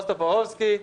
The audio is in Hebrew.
בועז טופורובסקי,